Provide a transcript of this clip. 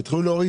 והתחילו להוריד